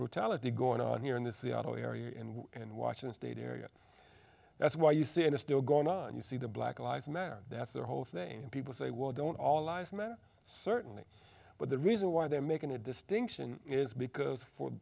brutality going on here in the seattle area and in washington state area that's why you see it is still going on you see the black lives man that's the whole thing and people say why don't all eyes matter certainly but the reason why they're making a distinction is because for the